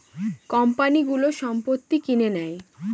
কোম্পানিগুলো সম্পত্তি কিনে নেয়